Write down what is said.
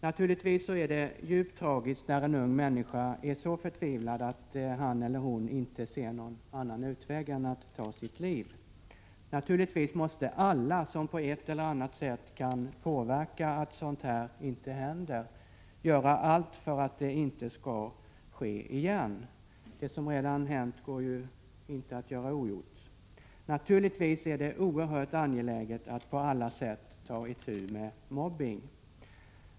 Naturligtvis är det djupt tragiskt när en ung människa är så förtvivlad att han eller hon inte ser någon annan utväg än att ta sitt liv. Naturligtvis måste alla som på ett eller annat sätt kan påverka dessa saker göra allt för att sådant här inte skall ske igen. Det som redan hänt går ju inte att göra ogjort. Naturligtvis är det oerhört angeläget att på alla sätt ta itu med mobbning.